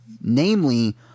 namely